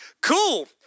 Cool